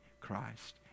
Christ